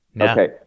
Okay